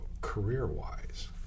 Career-wise